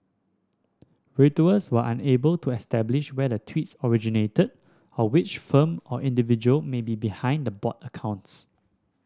Reuters was unable to establish where the tweets originated or which firm or individual may be behind the bot accounts